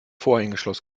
vorhängeschloss